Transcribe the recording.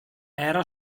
era